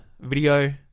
video